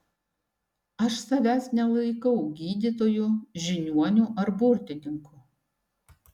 aš savęs nelaikau gydytoju žiniuoniu ar burtininku